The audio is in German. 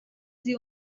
sie